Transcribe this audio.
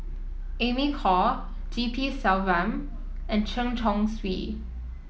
Amy Khor G P Selvam and Chen Chong Swee